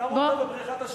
שמו אותם בבריכת השכשוך.